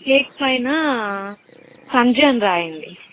cake పైన సంజన్ రాయండి